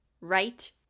right